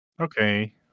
Okay